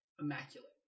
immaculate